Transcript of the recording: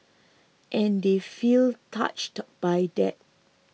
and they feel touched by that